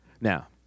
Now